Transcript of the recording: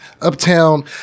uptown